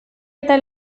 eta